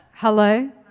Hello